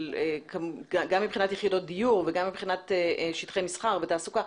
גם מבחינת יחידות דיור וגם מבחינת שטחי מסחר ותעסוקה,